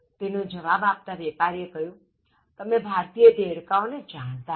તેનો જવાબ આપતા વેપારીએ કહ્યુંતમે ભારતીય દેડકાઓને જાણતા નથી